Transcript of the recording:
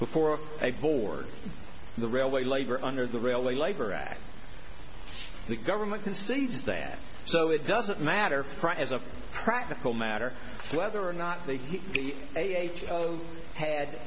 before a board in the railway labor under the railway labor act the government can still use that so it doesn't matter as a practical matter whether or not they